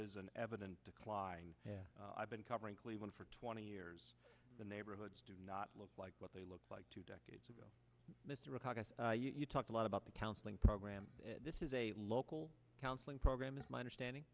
is an evident decline i've been covering cleveland for twenty years the neighborhoods do not look like what they looked like two decades ago mr august you talked a lot about the counseling program this is a local counseling program it's my understanding